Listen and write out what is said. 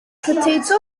potato